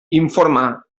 informar